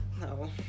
No